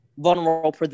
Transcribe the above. vulnerable